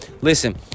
Listen